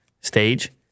stage